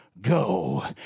go